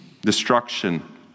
destruction